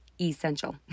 essential